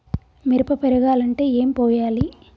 మిరప పెరగాలంటే ఏం పోయాలి?